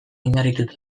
oinarrituta